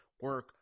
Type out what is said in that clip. work